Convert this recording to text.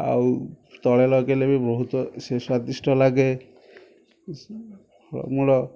ଆଉ ତଳେ ଲଗାଇଲେ ବି ବହୁତ ସେ ସ୍ଵାଦିଷ୍ଟ ଲାଗେ ମୂଳ